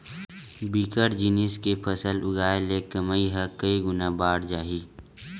बिकट जिनिस के फसल उगाय ले कमई ह कइ गुना बाड़ जाही